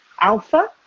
alpha